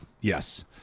Yes